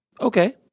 Okay